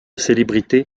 célébrité